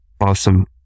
Awesome